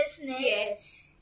Yes